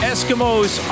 Eskimos